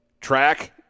track